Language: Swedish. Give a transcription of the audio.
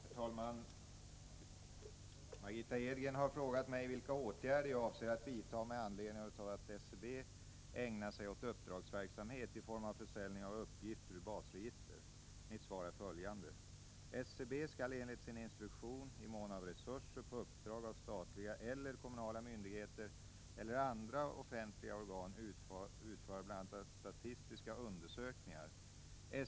Herr talman! Margitta Edgren har frågat mig vilka åtgärder jag avser att vidta med anledning av att SCB ägnar sig åt uppdragsverksamhet i form av försäljning av uppgifter ur basregister. Mitt svar är följande. SCB skall enligt sin instruktion , i mån av resurser, på uppdrag av statliga eller kommunala myndigheter eller andra offentliga organ utföra bl.a. statistiska undersökningar.